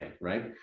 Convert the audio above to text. right